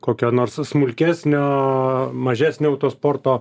kokio nors smulkesnio mažesnio autosporto